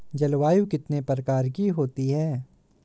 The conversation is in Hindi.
जलवायु कितने प्रकार की होती हैं?